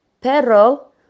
pero